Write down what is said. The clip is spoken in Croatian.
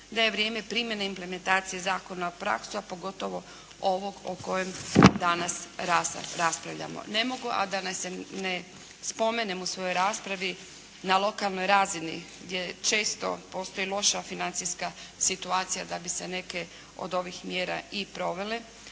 da je vrijeme primjene implementacije zakona u praksu, a pogotovo ovog o kojem danas raspravljamo. Ne mogu a da ne spomenem u svojoj raspravi na lokalnoj razini gdje često postoji loša financijska situacija da bi se neke od ovih mjera i provele,